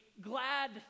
glad